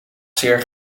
zeer